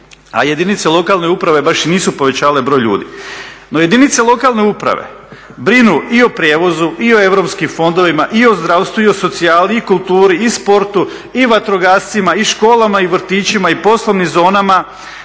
a jedinice lokalne uprave baš i nisu povećavale broj ljudi. No jedinice lokalne samouprave brinu i o prijevozu i o europskim fondovima i o zdravstvu i o socijali, kulturi, sportu, vatrogascima, školama, vrtićima i poslovnim zonama